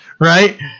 right